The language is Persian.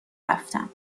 رفتم